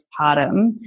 postpartum